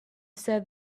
said